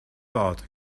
bad